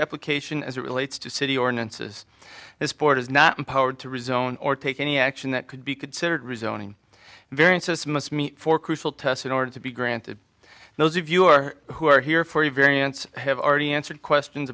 application as it relates to city ordinances this board is not empowered to rezone or take any action that could be considered rezoning variances must meet for crucial test in order to be granted those of your who are here for the variance have already answered questions